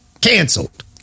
canceled